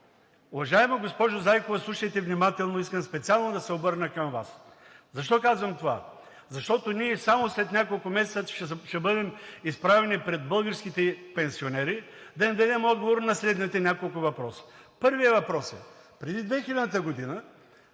Уважаема госпожо Зайкова, слушайте внимателно, искам специално да се обърна към Вас. Защо казвам това? Защото ние само след няколко месеца ще бъдем изправени пред българските пенсионери да им дадем отговор на следните няколко въпроса: Първият въпрос е: преди 2000 г. тогава